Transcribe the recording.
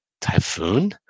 typhoon